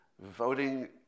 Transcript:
voting